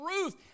Ruth